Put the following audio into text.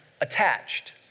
attached